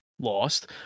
lost